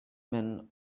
men